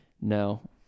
No